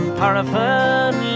paraffin